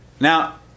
Now